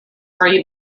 three